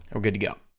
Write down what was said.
we're good to go.